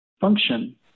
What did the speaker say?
function